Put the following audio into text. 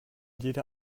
jeder